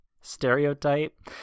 stereotype